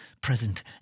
present